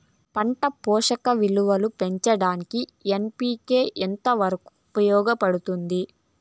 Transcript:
పంట పోషక విలువలు పెంచడానికి ఎన్.పి.కె ఎంత వరకు ఉపయోగపడుతుంది